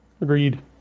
Agreed